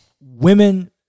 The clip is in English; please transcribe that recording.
women